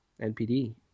NPD